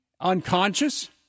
unconscious